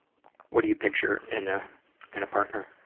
what do you picture in ah in a partner?